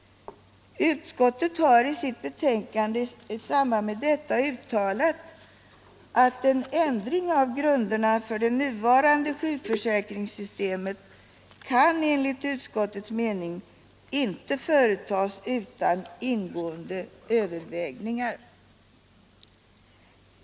I samband med detta har utskottet i sitt betänkande uttalat att en ändring av grunderna för det nuvarande sjukförsäkringssystemet enligt utskottets mening inte kan företas utan ingående överläggningar.